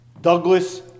Douglas